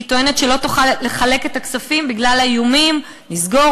היא טוענת שלא תוכל לחלק את הכספים בגלל האיומים לסגור